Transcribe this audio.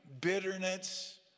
bitterness